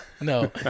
No